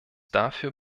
dafür